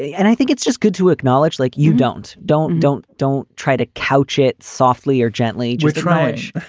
yeah and i think it's just good to acknowledge, like you don't, don't, don't, don't try to couch it softly or gently with trish.